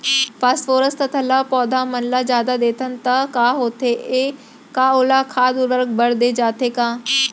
Phosphorus तथा ल पौधा मन ल जादा देथन त का होथे हे, का ओला खाद उर्वरक बर दे जाथे का?